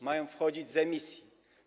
Mają pochodzić z emisji.